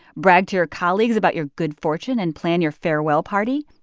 brag to your colleagues about your good fortune and plan your farewell party?